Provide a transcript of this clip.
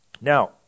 Now